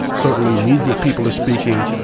certainly movement people are speaking,